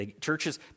churches